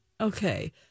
okay